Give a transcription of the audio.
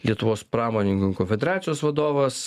lietuvos pramonininkų konfederacijos vadovas